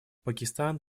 пакистан